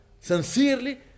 sincerely